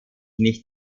nicht